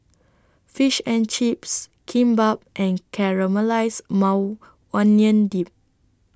Fish and Chips Kimbap and Caramelized Maui Onion Dip